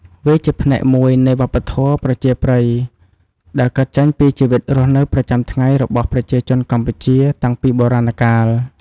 វាជាផ្នែកមួយនៃវប្បធម៌ប្រជាប្រិយដែលកើតចេញពីជីវិតរស់នៅប្រចាំថ្ងៃរបស់ប្រជាជនកម្ពុជា តាំងពីបុរាណកាល។